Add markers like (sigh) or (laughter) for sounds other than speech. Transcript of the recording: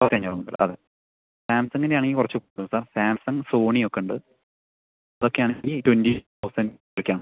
(unintelligible) അതെ സാംസംഗിൻ്റെ ആണെങ്കിൽ കുറച്ച് കൂടും സാർ സാംസംഗ് സോണി ഒക്കെ ഉണ്ട് ഇതൊക്കെയാണ് ഈ ട്വന്റി പെർസെന്റ് ഇതൊക്കെയാണ്